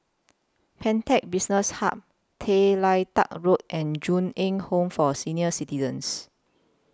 Pantech Business Hub Tay Lian Teck Road and Ju Eng Home For Senior Citizens